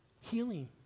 healing